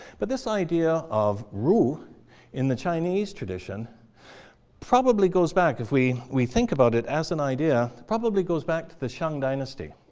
but this idea of ru in the chinese tradition probably goes back if we we think about it as an idea, it probably goes back to the shang dynasty,